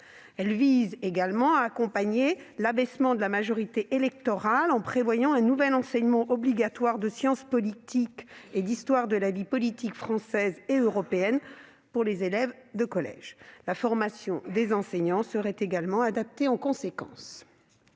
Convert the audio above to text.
Elle vise également à accompagner l'abaissement de la majorité électorale en prévoyant un nouvel enseignement obligatoire en sciences politiques et en histoire de la vie politique française et européenne pour les élèves de collège. La formation des enseignants serait également adaptée en conséquence.